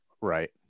Right